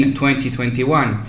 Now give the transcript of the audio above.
2021